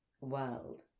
world